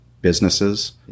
businesses